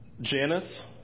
Janice